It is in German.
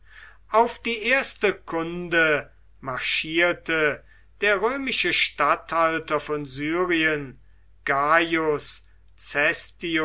auf die erste kunde marschierte der römische statthalter von syrien